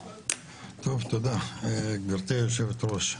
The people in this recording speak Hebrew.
תודה, גברתי היו"ר.